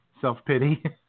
self-pity